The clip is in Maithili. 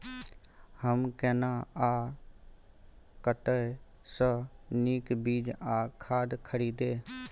हम केना आ कतय स नीक बीज आ खाद खरीदे?